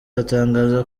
atangaza